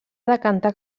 decantar